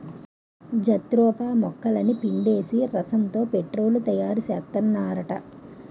jatropha మొక్కలని పిండేసి రసంతో పెట్రోలు తయారుసేత్తన్నారట